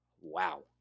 wow